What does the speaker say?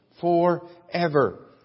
forever